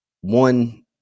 one